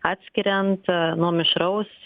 atskiriant nuo mišraus